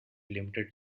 limited